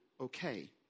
okay